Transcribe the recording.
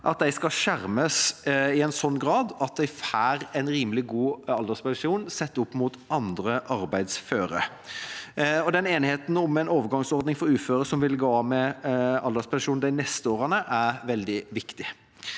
skal skjermes i en sånn grad at de får en rimelig god alderspensjon sett opp mot arbeidsføre. Enigheten om en overgangsordning for uføre som vil gå av med alderspensjon de neste årene, er veldig viktig.